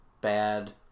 bad